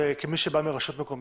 כמי שבא מרשות מקומית.